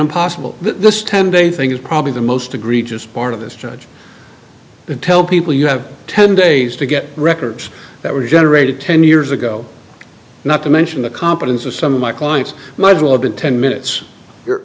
impossible that this ten day thing is probably the most egregious part of this judge and tell people you have ten days to get records that were generated ten years ago not to mention the competence of some of my clients might as well have been ten minutes your